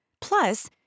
Plus